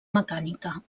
mecànica